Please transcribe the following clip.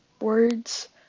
words